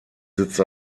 sitzt